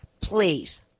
please